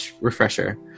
refresher